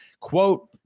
Quote